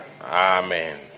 Amen